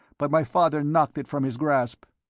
but my father knocked it from his grasp.